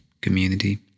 community